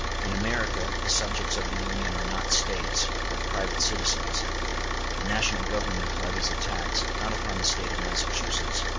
in america the subjects of the union are not states, but private citizens the national government levies a tax, not upon the state of massachusetts,